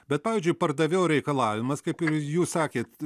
bet pavyzdžiui pardavėjo reikalavimas kaip ir jūs sakėt